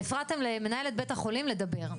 והפרעתם למנהלת בית החולים לדבר.